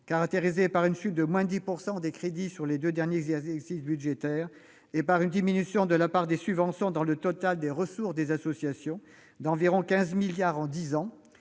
caractérisée par une chute de 10 % des crédits sur les deux derniers exercices budgétaires et par une diminution de la part des subventions dans le total des ressources des associations, d'environ 15 milliards d'euros